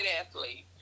athlete